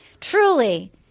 truly